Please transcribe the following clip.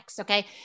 okay